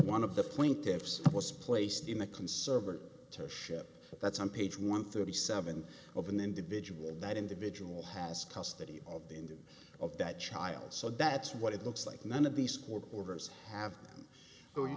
one of the plaintiffs was placed in a conservative to ship that's on page one thirty seven of an individual that individual has custody of the ending of that child so that's what it looks like none of these court orders have